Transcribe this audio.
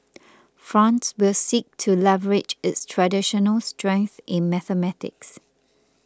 France will seek to leverage its traditional strength in mathematics